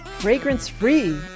Fragrance-free